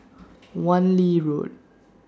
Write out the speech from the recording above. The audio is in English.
Wan Lee Road